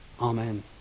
Amen